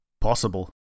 Possible